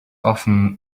often